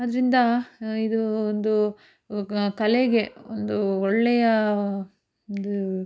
ಅದರಿಂದ ಇದು ಒಂದು ಕಲೆಗೆ ಒಂದು ಒಳ್ಳೆಯ ಒಂದು